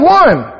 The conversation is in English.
one